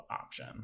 option